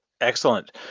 Excellent